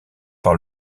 par